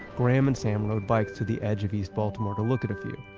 graham and sam rode bikes to the edge of east baltimore to look at a few,